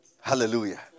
Hallelujah